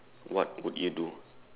what would you do